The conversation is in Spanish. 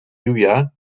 lluvia